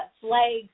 flags